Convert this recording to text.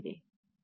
7 केले